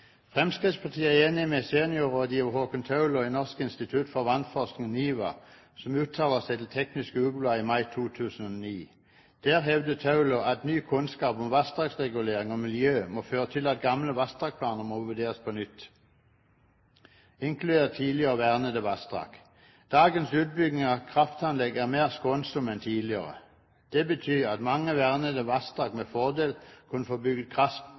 Fremskrittspartiet er enig med seniorrådgiver Haakon Thaulow i Norsk institutt for vannforskning, NIVA, som uttaler seg til Teknisk Ukeblad i mai 2008. Der hevder Thaulow at ny kunnskap om vassdragsreguleringer og miljø må føre til at gamle vassdragsplaner må vurderes på nytt, inkludert tidligere vernede vassdrag. Dagens utbygging av kraftanlegg er mer skånsom enn tidligere. Det betyr at mange vernede vassdrag med fordel kunne få